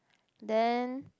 then